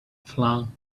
flung